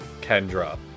Kendra